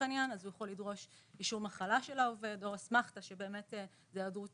הוא יכול לדרוש אישור מחלה של העובד או אסמכתא שבאמת זאת היעדרות